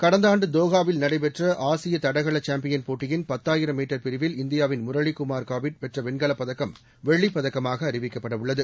கடந்த ஆண்டு தோஹாவில் நடைபெற்ற ஆசிய தடகள சாம்பியன் போட்டியின் பத்தாயிரம் மீட்டர் பிரிவில் இந்தியாவின் முரளிகுமார் காவிட் பெற்ற வெண்கலப்பதக்கம் வெள்ளிப்பதக்கமாக அறிவிக்கப்படவுள்ளது